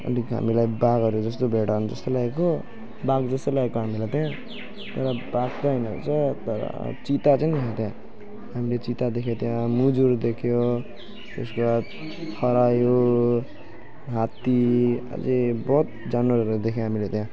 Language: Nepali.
अलिक हामीलाई बाघहरू जस्तो भेटाई हुन्छ जस्तो लागेको बाघ जस्तो लागेको हामीलाई त्यहाँ तर बाघ चाहिँ होइन रहेछ तर चितुवा चाहिँ हो त्यहाँ हामीले चितुवा देख्यौँ त्यहाँ मुजुर देख्यौँ त्यसको बाद खरायो हात्ती अझै बहुत जनावरहरू देख्यौँ हामीले त्यहाँ